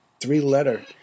three-letter